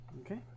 okay